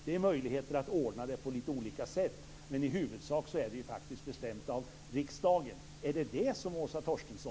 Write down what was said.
Det finns möjligheter att ordna det på lite olika sätt, men i huvudsak är det faktiskt bestämt av riksdagen. Är det detta som